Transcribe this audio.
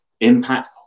Impact